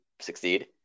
succeed